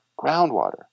groundwater